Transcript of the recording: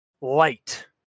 light